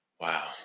Wow